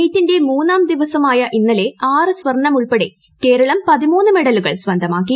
മീറ്റിന്റെ മൂന്നാം ദിനമായ ഇന്നലെ ആറ് സ്വർണ്ണം ഉൾപ്പെടെ കേരളം പതിമൂന്ന് മെഡലുകൾ സ്വന്തമാക്കി